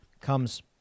comes